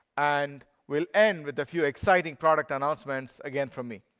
and we'll end with a few exciting product announcements again from me.